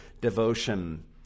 devotion